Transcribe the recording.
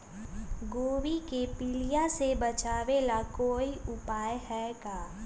गोभी के पीलिया से बचाव ला कोई उपाय है का?